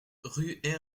rue